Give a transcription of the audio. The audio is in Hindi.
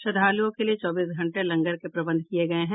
श्रद्दालुओं के लिए चौबीसों घंटे लंगर के प्रबंध किये गये हैं